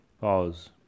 pause